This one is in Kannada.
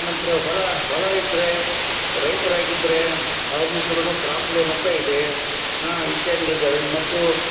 ಆನಂತರ ಹೊಲ ಹೊಲ ಇದ್ರೆ ರೈತ್ರು ಆಗಿದ್ರೆ ಅವ್ರ್ಗೆ ಕೂಡ ಕ್ರಾಪ್ ಲೋನ್ ಅಂತ ಇದೆ ಹಾಂ ಇತ್ಯಾದಿಗಳು ಇದ್ದಾವೆ ಮತ್ತು